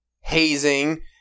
hazing